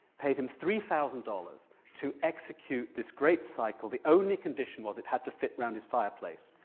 paid him three thousand dollars to execute this great cycle. the only condition was it had to fit round his fireplace.